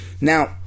Now